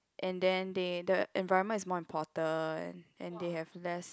and then they the environment is more important and they have less